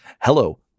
hello